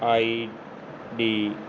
ID